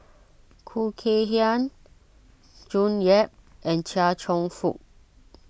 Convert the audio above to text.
Khoo Kay Hian June Yap and Chia Cheong Fook